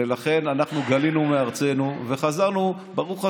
ולכן אנחנו גלינו מארצנו וחזרנו, ברוך השם,